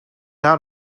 out